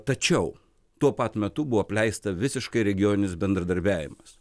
tačiau tuo pat metu buvo apleista visiškai regioninis bendradarbiavimas